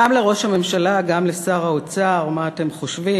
גם לראש הממשלה, גם לשר האוצר, מה אתם חושבים.